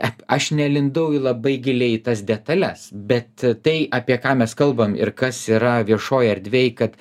aš nelindau į labai giliai į tas detales bet tai apie ką mes kalbam ir kas yra viešoj erdvėj kad